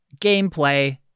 gameplay